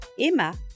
Emma